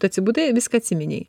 tu atsibudai viską atsiminei